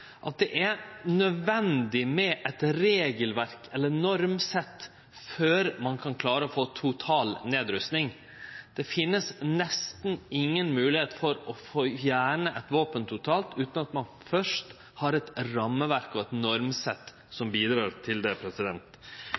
at det er nødvendig med eit regelverk eller normsett før ein kan klare å få total nedrusting. Det finst nesten inga moglegheit til å fjerne eit våpen totalt utan at ein først har eit rammeverk og eit normsett som bidrar til det.